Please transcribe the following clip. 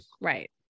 Right